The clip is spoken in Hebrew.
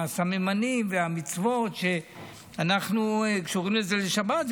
הסממנים והמצוות שקשורים לזה בשבת.